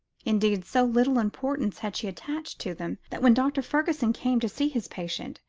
indeed, so little importance had she attached to them, that when dr. fergusson came to see his patient,